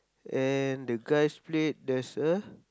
and the guy's plate there's a